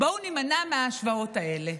בואו נימנע מההשוואות האלה.